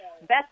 best